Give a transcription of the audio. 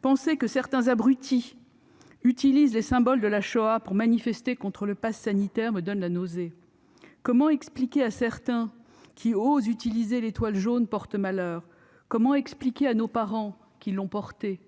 Penser que certains abrutis utilisent les symboles de la Shoah pour manifester contre le passe sanitaire me donne la nausée. Comment expliquer que certains osent utiliser l'étoile jaune « porte-malheur »? Comment expliquer à nos parents, qui l'ont portée,